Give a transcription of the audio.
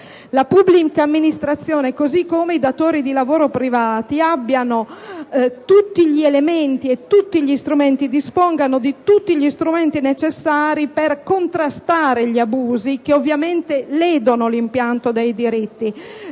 la pubblica amministrazione, così come i datori di lavoro privati abbiano tutti gli elementi e dispongano di tutti gli strumenti necessari per contrastare gli abusi che, ovviamente, ledono l'impianto dei diritti.